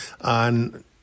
on